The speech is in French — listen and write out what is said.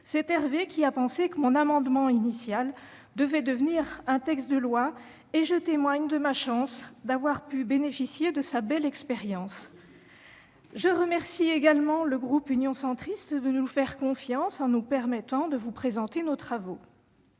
C'est lui qui a pensé que mon amendement initial devait devenir un texte de loi. Bonne idée, en effet ! Je témoigne de ma chance d'avoir pu bénéficier de sa belle expérience. Je remercie également le groupe Union Centriste de nous faire confiance en nous permettant de vous présenter nos travaux.